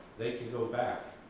they can go back.